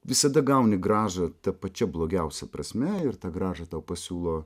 visada gauni grąžą ta pačia blogiausia prasme ir tą grąžą tau pasiūlo